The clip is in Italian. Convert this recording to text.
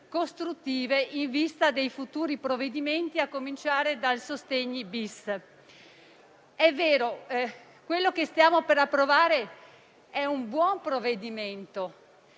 costruttive in vista dei futuri provvedimenti, a cominciare dal decreto-legge sostegni-*bis.* È vero: quello che stiamo per approvare è un buon provvedimento;